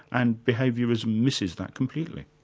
and behaviourism misses that completely.